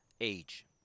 age